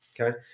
Okay